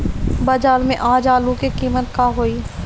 बाजार में आज आलू के कीमत का होई?